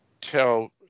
Tell